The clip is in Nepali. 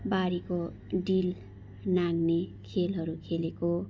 बारीको डिल नाग्ने खेलहरू खेलेको